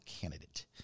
candidate